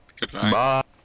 Goodbye